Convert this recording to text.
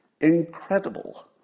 Incredible